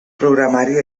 programari